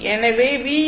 எனவே v vR